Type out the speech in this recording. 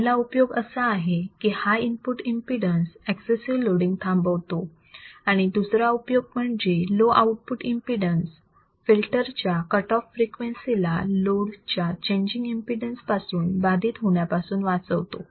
पहिला उपयोग असा आहे की high input impedance excessive loading थांबवतो आणि दुसरा उपयोग म्हणजे लो आउटपुट एमपीडन्स फिल्टरच्या कट ऑफ फ्रिक्वेन्सी ला लोड च्या चेंजिंग एमपीडन्स पासून बाधित होण्यापासून वाचवतो